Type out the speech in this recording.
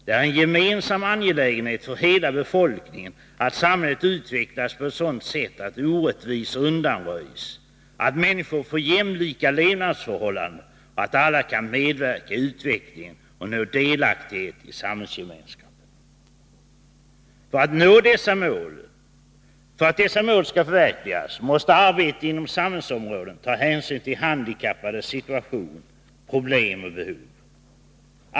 Det är en gemensam angelägenhet för hela befolkningen att samhället utvecklas på ett sådant sätt att orättvisor undanröjs, att människor får jämlika levnadsförhållanden och att alla kan medverka i utvecklingen och nå delaktighet i samhällsgemenskapen. För att dessa mål skall förverkligas måste arbetet inom alla samhällsområden ta hänsyn till handikappades situation, problem och behov.